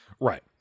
right